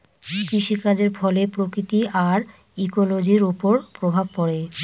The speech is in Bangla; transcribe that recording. কৃষিকাজের ফলে প্রকৃতি আর ইকোলোজির ওপর প্রভাব পড়ে